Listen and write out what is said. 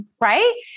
right